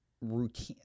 routine